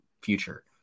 future